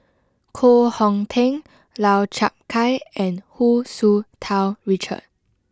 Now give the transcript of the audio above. Koh Hong Teng Lau Chiap Khai and Hu Tsu Tau Richard